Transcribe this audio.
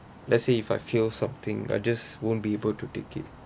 let's say if I failed something I just won't be able to take it